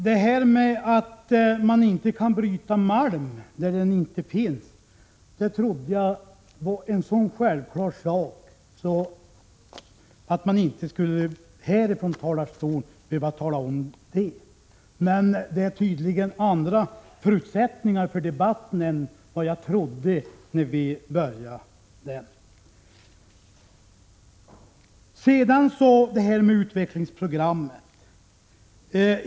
Herr talman! Att man inte kan bryta malm där den inte finns trodde jag var så självklart att det inte skulle behöva sägas här i talarstolen. Tydligen är förutsättningarna för debatten andra än dem jag väntade mig. Så till frågan om utvecklingsprogrammet.